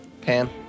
Pan